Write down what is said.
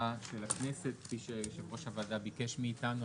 של הכנסת כפי שיושב ראש הוועדה ביקש מאתנו.